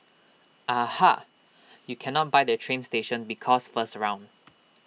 aha you cannot buy the train station because first round